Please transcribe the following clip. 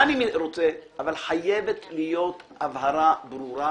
אבל חייבת להיות הבהרה ברורה